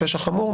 פשע חמור,